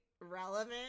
relevant